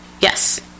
Yes